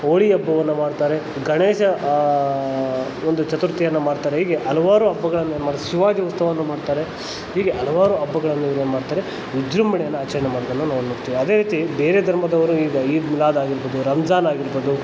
ಹೋಳಿ ಹಬ್ಬವನ್ನು ಮಾಡ್ತಾರೆ ಗಣೇಶ ಒಂದು ಚತುರ್ಥಿಯನ್ನು ಮಾಡ್ತಾರೆ ಹೀಗೆ ಹಲವಾರು ಹಬ್ಬಗಳನ್ನು ಮಾಡಿ ಶಿವಾಜಿ ಉತ್ಸವವನ್ನು ಮಾಡ್ತಾರೆ ಹೀಗೆ ಹಲವಾರು ಹಬ್ಬಗಳನ್ನು ಇಲ್ಲೇನು ಮಾಡ್ತಾರೆ ವಿಜೃಂಭಣೆಯನ್ನು ಆಚರಣೆ ಮಾಡೋದನ್ನ ನಾವು ನೋಡ್ತೀವಿ ಅದೇ ರೀತಿ ಬೇರೆ ಧರ್ಮದವರು ಈಗ ಈದ್ ಮಿಲಾದ್ ಆಗಿರ್ಬೋದು ರಂಜಾನ್ ಆಗಿರ್ಬೋದು